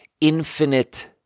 infinite